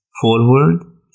Forward